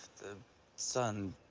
the sun,